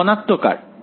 ছাত্র ধনাত্মক r